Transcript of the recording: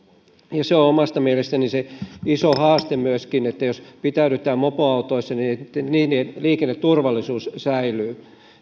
myöskin se on omasta mielestäni iso haaste jos pitäydytään mopoautoissa että niiden liikenneturvallisuus säilyy